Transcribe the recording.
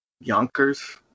Yonkers